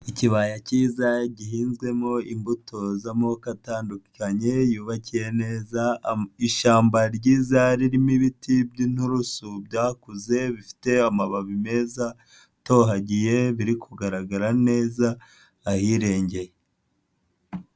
Ikibaya cyiza gihinzwemo imbuto z'amoko atandukanye, yubakiye neza, ishyamba ryiza ririmo ibiti by'inturusu byakuze ,bifite amababi meza atohagiye biri kugaragara neza ahirengeye.